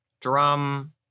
Drum